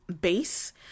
base